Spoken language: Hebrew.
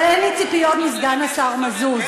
אבל אין לי ציפיות מסגן השר מזוז,